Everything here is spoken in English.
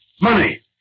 Money